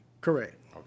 Correct